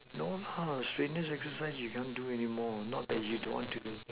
no lah strenuous exercise you cannot do anymore not that you don't want to do